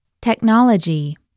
Technology